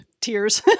Tears